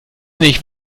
nicht